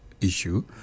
issue